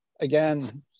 again